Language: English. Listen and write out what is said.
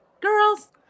Girls